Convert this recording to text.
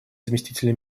заместителя